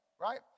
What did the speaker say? Right